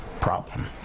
problem